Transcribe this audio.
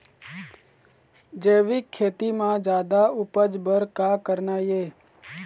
जैविक खेती म जादा उपज बर का करना ये?